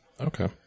Okay